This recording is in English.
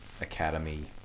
Academy